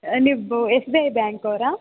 ನೀವು S B I bank ಅವರಾ